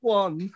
one